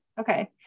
Okay